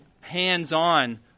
hands-on